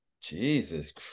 jesus